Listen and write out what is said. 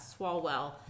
Swalwell